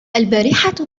البارحة